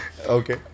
Okay